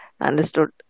understood